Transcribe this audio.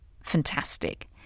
fantastic